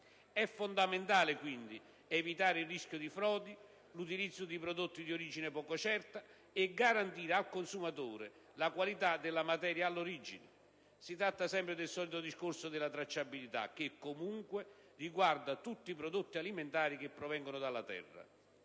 È fondamentale, dunque, evitare il rischio di frodi e l'utilizzo di prodotti di origine poco certa e garantire al consumatore la qualità della materia all'origine. Si tratta sempre del solito discorso della tracciabilità, che, comunque, riguarda tutti i prodotti alimentari che provengono dalla terra.